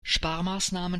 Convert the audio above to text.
sparmaßnahmen